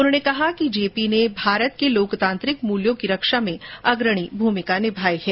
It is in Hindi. उन्होंने कहा कि जेपी ने भारत के लोकतांत्रिक मूल्यों की रक्षा में अग्रणी भूमिका निभाई है